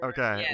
Okay